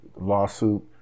lawsuit